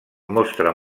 mostra